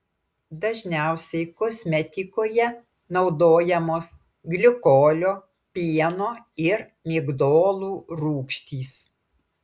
dažniausiai kosmetikoje naudojamos glikolio pieno ir migdolų rūgštys